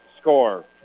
score